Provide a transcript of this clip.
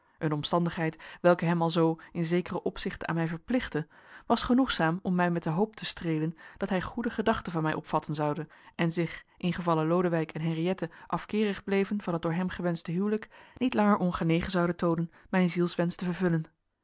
een omstandigheid welke hem alzoo in zekere opzichten aan mij verplichtte was genoegzaam om mij met de hoop te streelen dat hij goede gedachten van mij opvatten zoude en zich ingevalle lodewijk en henriëtte afkeerig bleven van het door hem gewenschte huwelijk niet langer ongenegen zoude toonen mijn zielswensch te vervullen